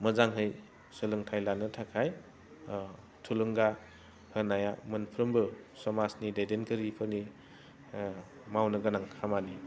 मोजाङै सोलोंथाइ लानो थाखाय थुलुंगा होनाया मोनफ्रोमबो समाजनि दैदेनगिरिफोरनि मावनो गोनां खामानि